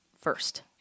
first